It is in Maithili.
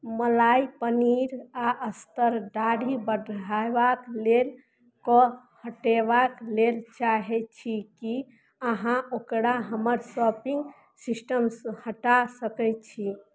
मलाइ पनीर आओर अस्तर दाढ़ी बढ़ेबाक लेल कऽ हटेबाक लेल चाहै छी कि अहाँ ओकरा हमर शॉपिन्ग सिस्टमसे हटा सकै छी